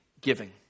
giving